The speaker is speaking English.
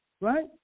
Right